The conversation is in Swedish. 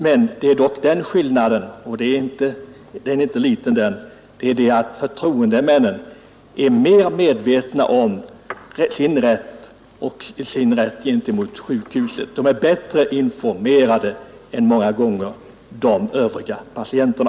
Men det är den skillnaden — och den är inte liten — att förtroendemännen är mer medvetna om sin rätt gentemot sjukvårdens huvudman, ty de är många gånger bättre informerade än de övriga patienterna.